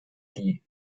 die